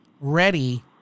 ready